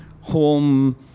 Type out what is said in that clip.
home